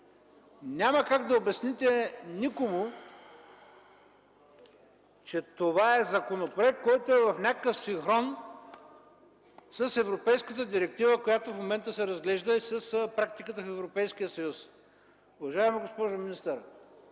няма как да обясните никому, че това е законопроект, който е в някакъв синхрон с европейската директива, която в момента се разглежда, и с практиката в Европейския съюз. Уважаема госпожо министър,